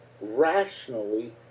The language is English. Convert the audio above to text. rationally